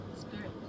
spirit